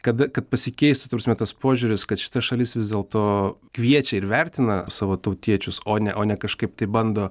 kada kad pasikeistų ta prasme tas požiūris kad šita šalis vis dėl to kviečia ir vertina savo tautiečius o ne o ne kažkaip tai bando